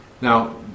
Now